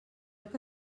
que